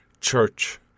church